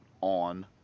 on